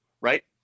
right